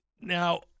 Now